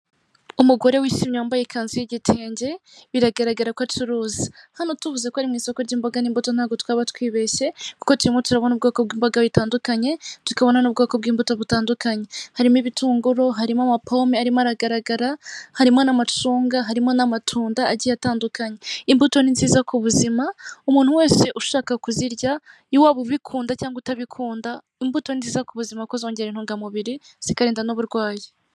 Umugore wishimye wambaye ikanzu y'igitenge biragaragara ko acuruza, hano tuvuze ko ari rimwe isoko ry'imboga n'imbuto ntabwo twaba twibeshye kuko tumu turabona ubwombaga bitandukanye tukabona ubwoko bw'mbuto butandukanye harimo ibitunguru harimo ama pome arimo aragaragara harimo n'amacunga harimo n'amatunda agiye atandukanye imbuto nizi ku buzima umuntu wese ushaka kuzirya waba ubikunda cyangwa utabikunda imbuto nziza ku buzima ku zongera intungamubiri zikarinda n'uburwayi.